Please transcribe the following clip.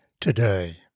today